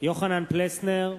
יוחנן פלסנר,